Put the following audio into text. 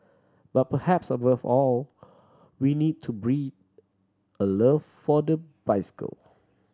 but perhaps above all we need to breed a love for the bicycle